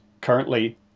currently